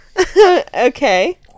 Okay